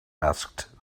asked